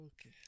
Okay